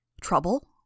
Trouble